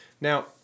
Now